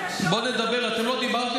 בואו נדבר, אנחנו לא דיברנו בכלל על רגשות.